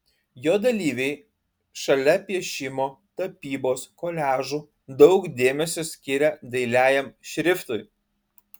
jo dalyviai šalia piešimo tapybos koliažų daug dėmesio skiria dailiajam šriftui